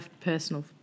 personal